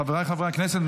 חבריי חברי הכנסת,